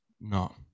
No